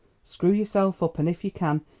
screw yourself up, and if you can,